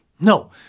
No